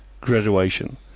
graduation